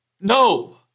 No